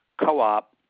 co-op